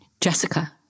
Jessica